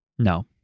No